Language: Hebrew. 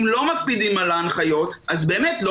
אם לא מקפידים על ההנחיות אז באמת לא